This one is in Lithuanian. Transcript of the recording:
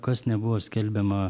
kas nebuvo skelbiama